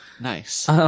Nice